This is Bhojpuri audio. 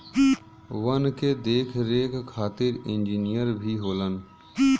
वन के देख रेख खातिर इंजिनियर भी होलन